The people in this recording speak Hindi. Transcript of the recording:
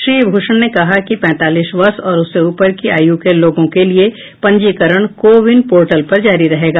श्री भूषण ने बताया कि पैंतालीस वर्ष और उससे ऊपर की आयु के लोगों के लिए पंजीकरण को विन पोर्टल पर जारी रहेगा